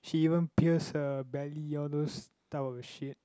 she even pierce her belly all those type of shit